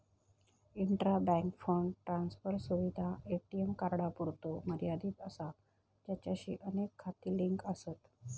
intra bank fund transfer सुविधा ATM कार्डांपुरतो मर्यादित असा ज्याचाशी अनेक खाती लिंक आसत